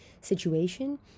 situation